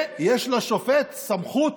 ויש לשופט סמכות